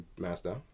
Master